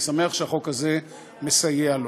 אני שמח שהחוק הזה מסייע לו.